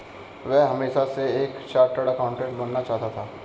वह हमेशा से एक चार्टर्ड एकाउंटेंट बनना चाहता था